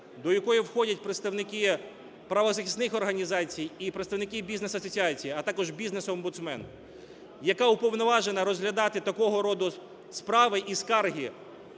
до якої входять представники правозахисних організацій і представники бізнес-асоціацій, а також бізнес-омбудсмен, яка уповноважена розглядати такого роду справи і скарги